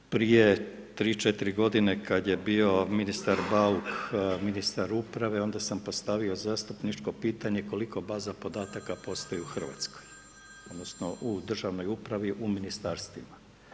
Prije 3, 4 godine kad je bio ministar Bauk ministar uprave onda sam postavio zastupničko pitanje koliko baza podataka postoji u Hrvatskoj odnosno u državnoj upravi u ministarstvima.